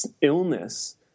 illness